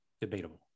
debatable